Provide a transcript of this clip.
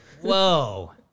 Whoa